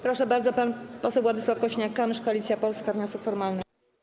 Proszę bardzo, pan poseł Władysław Kosiniak-Kamysz, Koalicja Polska, wniosek formalny.